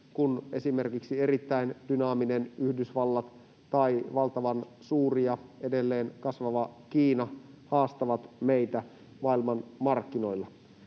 kun esimerkiksi erittäin dynaaminen Yhdysvallat tai valtavan suuri ja edelleen kasvava Kiina haastavat meitä maailmanmarkkinoilla.